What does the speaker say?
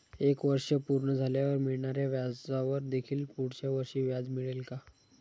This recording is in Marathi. एक वर्ष पूर्ण झाल्यावर मिळणाऱ्या व्याजावर देखील पुढच्या वर्षी व्याज मिळेल का?